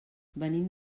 venim